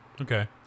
Okay